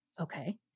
Okay